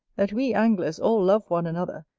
that we anglers all love one another,